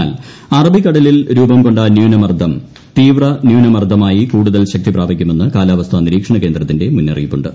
എന്നാൽ അറബിക്കടലിൽ രൂപം കൊണ്ട ന്യൂനമർദ്ദം തീവ്രന്യൂനമർദ്ദമായി കൂടുതൽ ശക്തി പ്രാപിക്കുമെന്ന് കാലാവസ്ഥാനിരീക്ഷണ കേന്ദ്രത്തിന്റെ മുന്നറിയിപ്പുണ്ട്